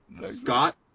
Scott